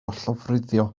llofruddio